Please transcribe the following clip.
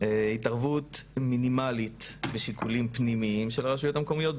התערבות מינימלית בשיקולים פנימיים של רשויות מקומיות,